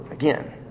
Again